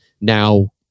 now